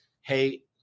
Hey